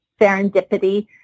serendipity